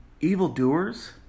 evildoers